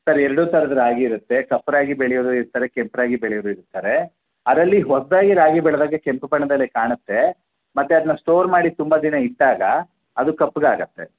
sir ಎರಡೂ ಥರದ ರಾಗಿ ಇರುತ್ತೆ ಕಪ್ಪು ರಾಗಿ ಬೆಳೆಯೋರು ಇರ್ತಾರೆ ಕೆಂಪು ರಾಗಿ ಬೆಳೆಯೋರು ಇರ್ತಾರೆ ಅದರಲ್ಲಿ ಹೊಸದಾಗಿ ರಾಗಿ ಬೆಳೆದಾಗ ಕೆಂಪು ಬಣ್ಣದಲ್ಲೇ ಕಾಣುತ್ತೆ ಮತ್ತೆ ಅದನ್ನ ಸ್ಟೋರ್ ಮಾಡಿ ತುಂಬ ದಿನ ಇಟ್ಟಾಗ ಅದು ಕಪ್ಪಗಾಗುತ್ತೆ